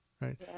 right